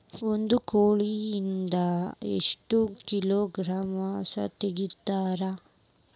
ಒಂದು ಕೋಳಿಯಿಂದ ಎಷ್ಟು ಕಿಲೋಗ್ರಾಂ ಮಾಂಸ ತೆಗಿತಾರ?